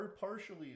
partially